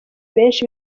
benshi